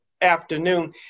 afternoon